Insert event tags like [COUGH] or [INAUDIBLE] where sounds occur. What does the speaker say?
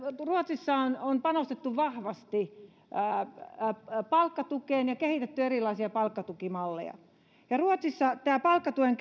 ruotsissa on on panostettu vahvasti palkkatukeen ja kehitetty erilaisia palkkatukimalleja ja ruotsissa palkkatuen [UNINTELLIGIBLE]